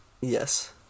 Yes